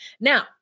now